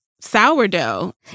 sourdough